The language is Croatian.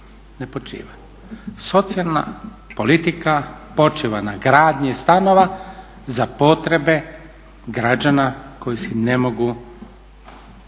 ne počiva socijalna politika počiva na gradnji stanova za potrebe građana koji si ne mogu